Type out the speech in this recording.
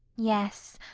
yes.